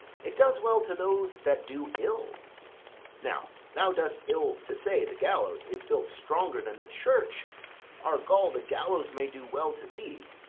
it does well to those that do ill now, thou dost ill to say the gallows is built stronger than the church argal, the gallows may do well to thee.